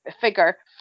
figure